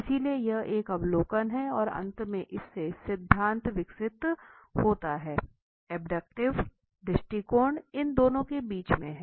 इसलिए यहाँ एक अवलोकन है और अंत में इससे सिद्धांत विकसित होता है अब्डक्टिव दृष्टिकोण इन दोनों के बीच में है